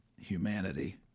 humanity